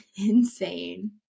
insane